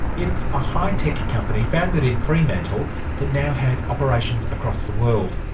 it's a high-tech company founded in fremantle that now has operations across the world.